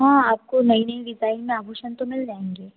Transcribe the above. हाँ आपको नई नई डिज़ाइन में आभूषण तो मिल जाएंगे